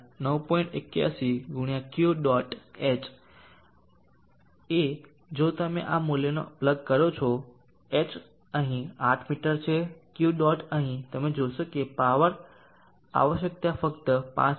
821×Q dot×h ઓ જો તમે આ મૂલ્યોને પ્લગ કરો છો h અહીં 8 મીટર છે Q ડોટ અહીં તમે જોશો કે પાવર આવશ્યકતા ફક્ત 5